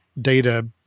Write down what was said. data